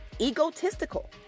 egotistical